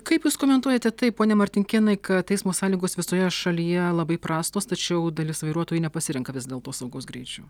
kaip jūs komentuojate tai pone martinkėnai kad eismo sąlygos visoje šalyje labai prastos tačiau dalis vairuotojų nepasirenka vis dėl to saugaus greičio